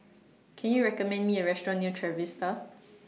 Can YOU recommend Me A Restaurant near Trevista